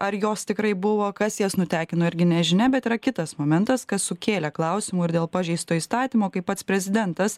ar jos tikrai buvo kas jas nutekino irgi nežinia bet yra kitas momentas kas sukėlė klausimų ir dėl pažeisto įstatymo kai pats prezidentas